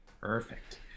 Perfect